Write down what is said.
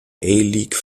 league